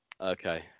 Okay